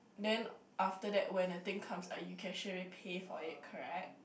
then after that when the thing comes you can straight away pay for it correct